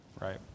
right